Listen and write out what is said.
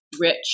rich